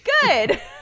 Good